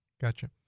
Gotcha